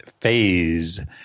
phase